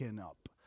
up